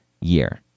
year